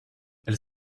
elle